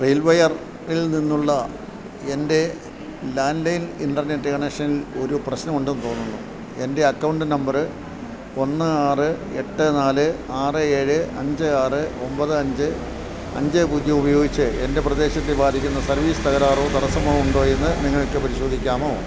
rail വയർൽ നിന്നുള്ള എൻ്റെ ലാൻറ്റ് ലൈൻ ഇൻ്റെർനെറ്റ് കണക്ഷനിൽ ഒരു പ്രശ്നമുണ്ടെന്ന് തോന്നുന്നു എൻ്റെ അക്കൌണ്ട് നമ്പറ് ഒന്ന് ആറ് എട്ട് നാല് ആറ് ഏഴ് അഞ്ച് ആറ് ഒൻപത് അഞ്ച് അഞ്ച് പൂജ്യം ഉപയോഗിച്ച് എൻ്റെ പ്രദേശത്തെ ബാധിക്കുന്ന സർവീസ് തകരാറോ തടസ്സമോ ഉണ്ടോയെന്ന് നിങ്ങൾക്ക് പരിശോധിക്കാമോ